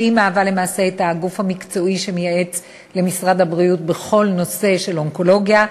שהיא למעשה הגוף המקצועי שמייעץ למשרד הבריאות בכל נושא של אונקולוגיה,